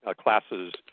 classes